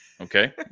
okay